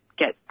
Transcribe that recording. get